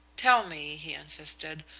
tell me, he insisted,